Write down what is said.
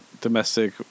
domestic